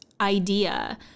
idea